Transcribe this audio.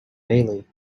bailey